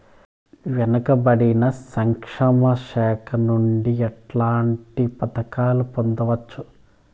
వెనుక పడిన సంక్షేమ శాఖ నుంచి ఎట్లాంటి పథకాలు పొందవచ్చు?